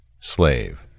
Slave